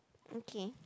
okay